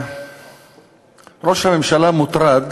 ראש הממשלה מוטרד